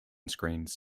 screens